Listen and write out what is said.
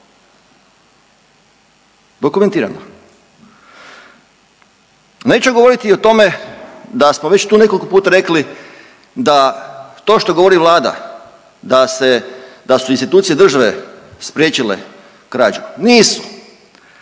dokumentirano. Neću govoriti o tome da smo već tu nekoliko puta rekli da to što govori vlada da se, da su institucije države spriječile krađu, nisu